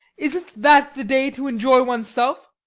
isn't that the day to enjoy one's self?